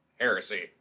Heresy